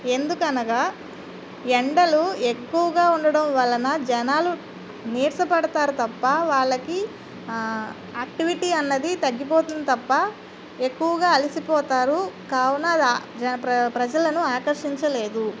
ఎందుకనగా ఎండలు ఎక్కువుగా ఉండడం వలన జనాలు నీరసపడతారు తప్ప వాళ్ళకి యాక్టివిటీ అన్నది తగ్గిపోతుంది తప్ప ఎక్కువుగా అలిసిపోతారు కావున జన ప్ర ప్రజలను ఆకర్షించలేదు